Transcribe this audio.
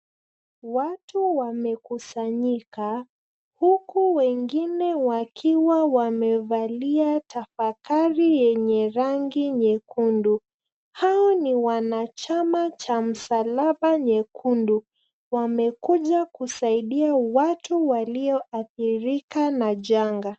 Watu wamekusanyika huku wengine wakiwa wamevalia tafakari yenye rangi nyekundu. Hao ni wanachama cha Msalaba Nyekundu wamekuja kusaidia watu walioathirika na janga.